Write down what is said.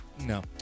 no